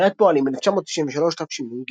ספרית פועלים, 1993 תשנ"ג